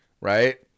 right